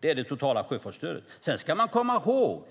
Det är det totala sjöfartsstödet, men sedan ska man komma ihåg